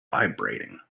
vibrating